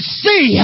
see